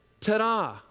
ta-da